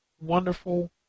wonderful